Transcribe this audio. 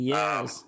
Yes